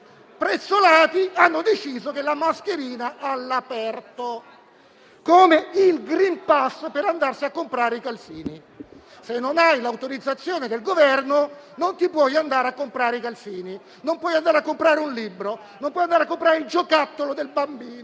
prezzolati, ha deciso l'obbligo di mascherina all'aperto. Come il *green pass* per andarsi a comprare i calzini: se non hai l'autorizzazione del Governo, non puoi andare a comprare i calzini, non puoi andare a comprare un libro, non puoi andare a comprare il giocattolo del bambino,